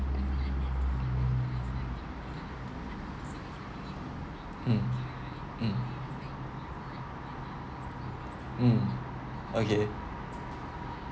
mm mm mm okay